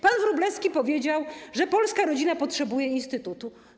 Pan Wróblewski powiedział, że polska rodzina potrzebuje instytutu.